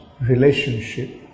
relationship